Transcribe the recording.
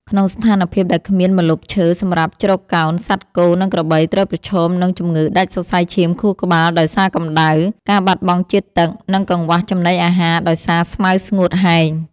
ក្នុងស្ថានភាពដែលគ្មានម្លប់ឈើសម្រាប់ជ្រកកោន សត្វគោ និងក្របីត្រូវប្រឈមនឹងជំងឺដាច់សរសៃឈាមខួរក្បាលដោយសារកម្ដៅ ការបាត់បង់ជាតិទឹក និងកង្វះចំណីអាហារដោយសារស្មៅស្ងួតហែង។